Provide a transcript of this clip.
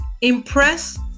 Impress